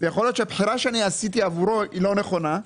ויכול להיות שהבחירה שעשיתי עבורו לא נכונה,